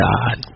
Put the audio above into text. God